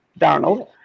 Darnold